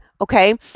Okay